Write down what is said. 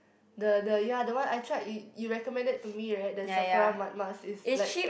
the the ya the one I tried you you recommended to me right the Sephora mud mask it's like